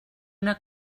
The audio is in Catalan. una